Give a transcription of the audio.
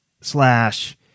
Slash